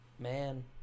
man